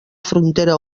frontera